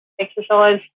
exercise